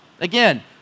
Again